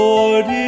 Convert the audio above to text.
Lord